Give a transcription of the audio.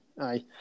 aye